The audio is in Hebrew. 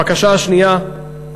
הבקשה השנייה,